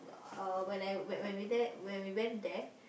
uh when I when we there when we went there